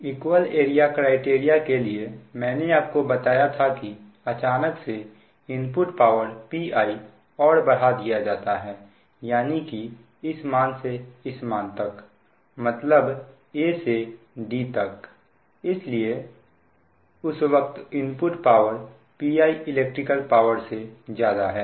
equal area criterion के लिए मैंने आपको बताया था कि अचानक से इनपुट पावर Pi और बढ़ा दिया जाता है यानी कि इस मान से इस मान तक मतलब a से d तक इसलिए उस वक्त input power Pi electrical power से ज्यादा है